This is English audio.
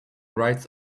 rides